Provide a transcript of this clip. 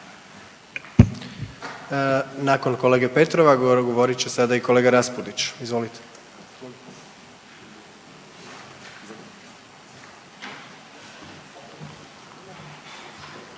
Nakon kolege Petrova, govorit će sada i kolega Raspudić. Izvolite.